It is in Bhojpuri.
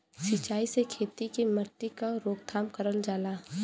सिंचाई से खेती के मट्टी क रोकथाम करल जाला